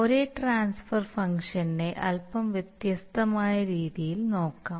ഒരേ ട്രാൻസ്ഫർ ഫംഗ്ഷനെ അല്പം വ്യത്യസ്തമായ രീതിയിൽ നോക്കാം